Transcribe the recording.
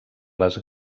les